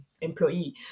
employee